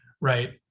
right